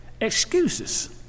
excuses